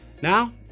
Now